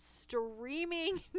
streaming